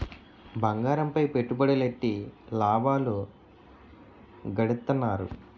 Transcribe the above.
బంగారంపై పెట్టుబడులెట్టి లాభాలు గడిత్తన్నారు